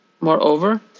Moreover